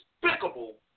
despicable